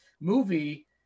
movie